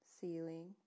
ceiling